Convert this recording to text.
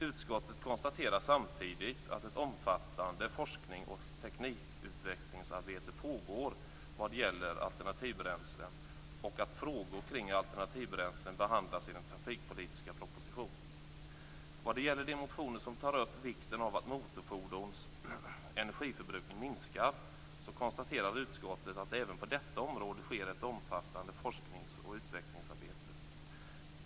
Utskottet konstaterar att ett omfattande forsknings och teknikutvecklingsarbete pågår beträffande alternativa bränslen och att frågor som rör alternativa bränslen behandlas i den trafikpolitiska propositionen. Vad gäller de motioner där man tar upp frågor om vikten av att motorfordons energiförbrukning minskar konstaterar utskottet att det även på detta område sker ett omfattande forsknings och utvecklingsarbete.